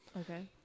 Okay